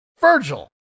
Virgil